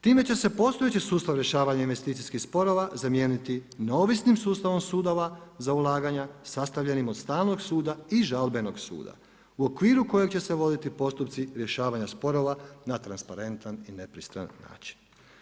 Time će se postojeći sustav rješavanja investicijskih sporova zamijeniti neovisnim sustavom sudova za ulaganja sastavljenim od stalnog suda i žalbenog suda u okviru kojeg će se voditi postupci rješavanja sporova na transparentan i nepristran način.